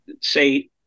say